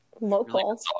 local